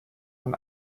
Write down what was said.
man